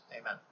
Amen